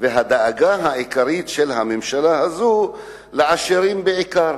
והדאגה העיקרית של הממשלה הזאת היא לעשירים בעיקר.